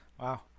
Wow